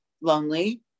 lonely